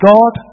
God